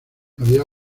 había